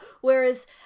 Whereas